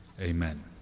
Amen